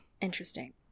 Interesting